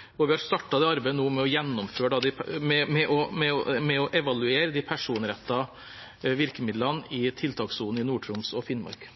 forsterkes. Vi har startet det arbeidet nå, med å evaluere de personrettede virkemidlene i tiltakssonen i Nord-Troms og Finnmark.